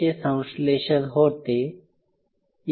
चे संश्लेषण होते